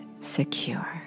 secure